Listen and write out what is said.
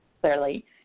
clearly